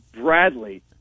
Bradley